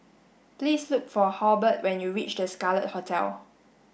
please look for Halbert when you reach The Scarlet Hotel